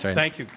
thank you.